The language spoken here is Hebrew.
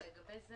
לא, זה